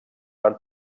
per